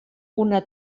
una